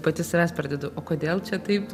pati savęs pridedu o kodėl čia taip